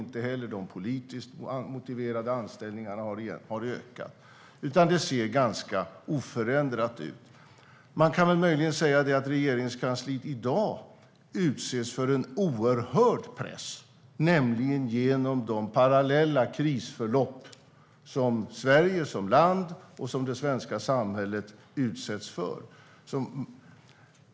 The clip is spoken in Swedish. Inte heller har de politiskt motiverade anställningarna ökat. Det ser ganska oförändrat ut. Möjligen kan man säga att Regeringskansliet i dag utsätts för en oerhörd press, nämligen genom de parallella krisförlopp Sverige som land och det svenska samhället utsätts för.